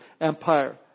Empire